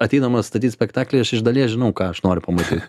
ateidamas statyt spektaklį aš iš dalies žinau ką aš noriu pamatyt